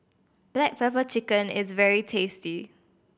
black pepper chicken is very tasty